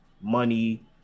money